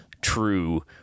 true